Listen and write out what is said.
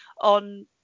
on